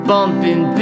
Bumping